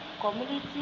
community